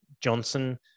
Johnson